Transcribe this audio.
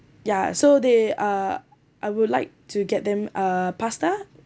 ya so they uh I would like to get them uh pasta